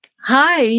Hi